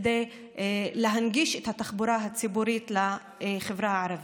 כדי להנגיש את התחבורה הציבורית לחברה הערבית.